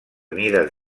mides